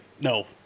no